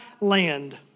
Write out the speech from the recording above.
land